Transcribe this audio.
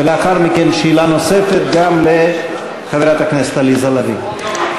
ולאחר מכן שאלה נוספת גם לחברת הכנסת עליזה לביא.